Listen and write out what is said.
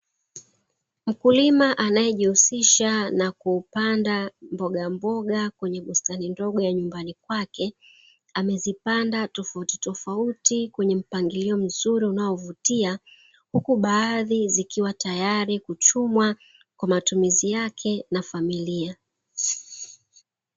Mkulima anayejihusisha na kupanda mbogamboga kwenye bustani ndogo ya nyumbani kwake, amezipanda tofautitofauti, kwenye mpangilio mzuri unaovutia, huku baadhi zikiwa tayari kuchumwa kwa matumizi yake na familia.